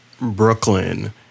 Brooklyn